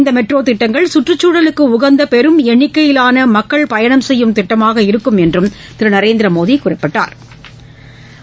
இந்த மெட்ரோ திட்டங்கள் சுற்றுக்சூழலுக்கு உகந்த பெரும் எண்ணிக்கையிலான மக்கள் பயணம் செய்யும் திட்டமாக இருக்கும் என்று திரு நரேந்திரமோடி குறிப்பிட்டாள்